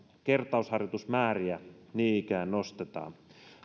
kertausharjoitusmääriä niin ikään nostetaan